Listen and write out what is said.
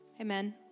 amen